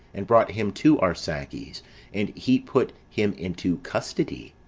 and brought him to arsaces, and he put him into custody.